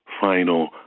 final